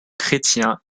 chrétien